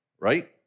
right